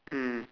mm